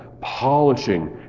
polishing